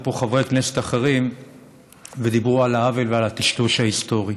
פה חברי כנסת אחרים וידברו על העוול ועל הטשטוש ההיסטורי.